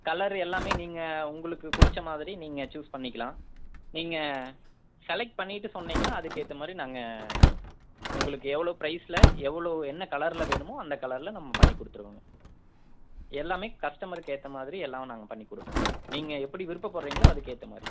colour எல்லாமே நீங்கள் உங்களுக்கு பிடிச்ச மாதிரி நீங்கள் சூஸ் பண்ணிக்கலாம் நீங்கள் செலக்ட் பண்ணிவிட்டு சொன்னிங்கன்னா அதுக்கேற்ற மாதிரி நாங்கள் உங்களுக்கு எவ்வளோ பிரைஸில் எவ்வளோ என்ன கலரில் வேணுமோ அந்த கலரில் நம்ம பண்ணி கொடுத்துடுவோங்க எல்லாமே கஸ்டமர்க்கு ஏற்ற மாதிரி எல்லாம் நாங்கள் பண்ணி கொடுப்போங்க நீங்கள் எப்படி விருப்பப்படுறீங்களோ அதுக்கு ஏற்ற மாதிரி